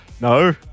No